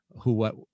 who-what